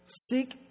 Seek